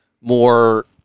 more